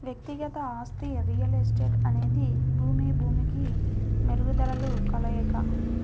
వ్యక్తిగత ఆస్తి రియల్ ఎస్టేట్అనేది భూమి, భూమికి మెరుగుదలల కలయిక